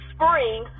Spring